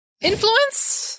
Influence